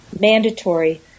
mandatory